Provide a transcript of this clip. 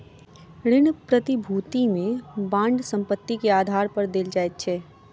ऋण प्रतिभूति में बांड संपत्ति के आधार पर देल जाइत अछि